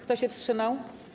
Kto się wstrzymał?